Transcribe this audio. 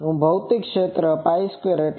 હું ભૌતિક ક્ષેત્રનો Π² એટલે કે 0